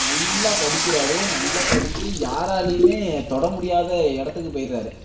நல்லா படிக்கிறார் நல்லா படித்து யாராலேயும் தொட முடியாத இடத்துக்கு போயிடுறாரு